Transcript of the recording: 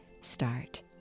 start